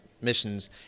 missions